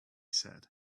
said